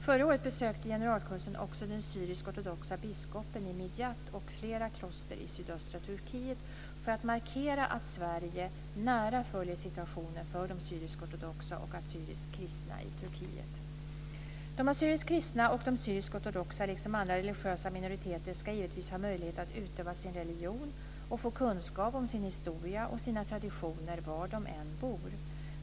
Förra året besökte generalkonsuln också den syriskortodoxe biskopen i Midyat och flera kloster i sydöstra Turkiet för att markera att Sverige nära följer situationen för de syrisk-ortodoxa och assyriskt kristna i De assyriskt kristna och de syrisk-ortodoxa, liksom andra religiösa minoriteter, ska givetvis ha möjlighet att utöva sin religion och få kunskap om sin historia och sina traditioner var de än bor.